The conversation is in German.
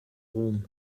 ruhm